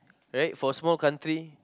right for a small country